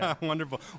Wonderful